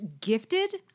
gifted